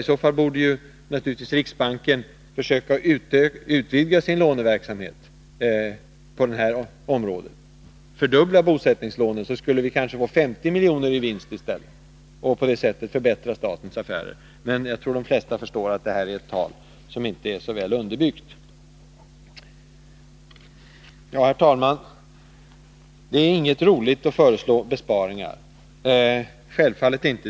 I så fall borde naturligtvis riksbanken försöka utvidga sin låneverksamhet på det här området och fördubbla bosättningslånen. Då skulle vi kanske få 50 milj.kr. i vinst i stället för 25 och på det sättet förbättra statens affärer. Men jag tror att de flesta förstår att sådant tal inte är väl underbyggt. Herr talman! Det är inte roligt att föreslå besparingar, självfallet inte!